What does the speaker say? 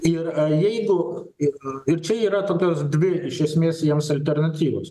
ir jeigu ir čia yra tokios dvi iš esmės jiems alternatyvos